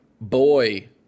Boy